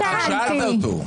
אתה שאלת אותו.